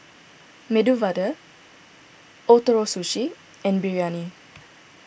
Medu Vada Ootoro Sushi and Biryani